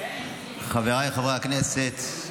חבריי חברי הכנסת,